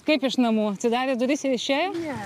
kaip iš namų atsidarė duris ir išėjo